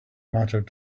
mattered